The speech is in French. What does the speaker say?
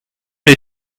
les